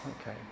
okay